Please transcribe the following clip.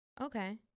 Okay